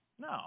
No